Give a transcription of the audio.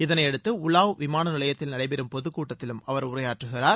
இதனையடுத்து உலாவ் விமானநிலையத்தில் நடைபெறும் பொது கூட்டத்திலும் அவர் உரையாற்றுகிறார்